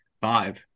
five